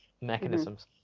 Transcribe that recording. mechanisms